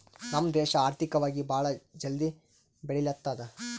ನಮ್ ದೇಶ ಆರ್ಥಿಕವಾಗಿ ಭಾಳ ಜಲ್ದಿ ಬೆಳಿಲತ್ತದ್